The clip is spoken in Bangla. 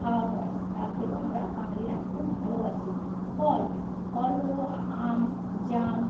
খাওয়া হয় ডাল খেতেও আমরা বাঙালিরা খুব ভালোবাসি ফল ফল হল আম জাম